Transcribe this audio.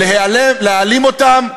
"הערבים נוהרים בהמוניהם"